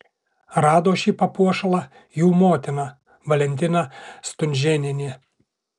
rado šį papuošalą jų motina valentina stunžėnienė